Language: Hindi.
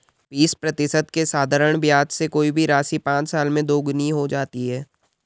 बीस प्रतिशत के साधारण ब्याज से कोई भी राशि पाँच साल में दोगुनी हो जाती है